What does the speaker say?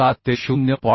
7 ते 0